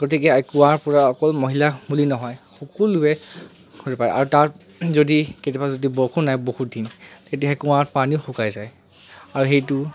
গতিকে কুঁৱা পৰা অকল মহিলা বুলি নহয় সকলোৱে কৰিব পাৰে আৰু তাত যদি কেতিয়াবা যদি বৰষুণ নাহে বহুত দিন তেতিয়া সেই কুঁৱাত পানী শুকাই যায় আৰু সেইটো